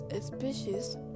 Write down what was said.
species